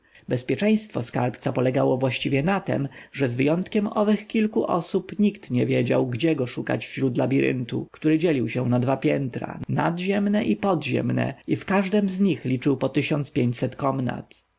bezpieczeństwo skarbca polegało właściwie na tem że z wyjątkiem owych kilku osób nikt nie wiedział gdzie go szukać wśród labiryntu który dzielił się na dwa piętra nadziemne i podziemne i w każdem z nich liczył po tysiąc pięćset komnat